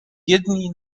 jedni